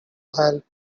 help